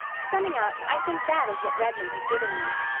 summing up, i think that is what redmond has given me.